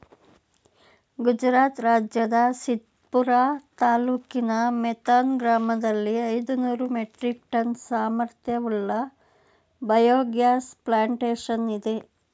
ಗುಜರಾತ್ ರಾಜ್ಯದ ಸಿದ್ಪುರ ತಾಲೂಕಿನ ಮೇಥಾನ್ ಗ್ರಾಮದಲ್ಲಿ ಐದುನೂರು ಮೆಟ್ರಿಕ್ ಟನ್ ಸಾಮರ್ಥ್ಯವುಳ್ಳ ಬಯೋಗ್ಯಾಸ್ ಪ್ಲಾಂಟೇಶನ್ ಇದೆ